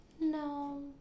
no